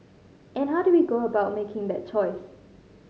and how do we go about making that choice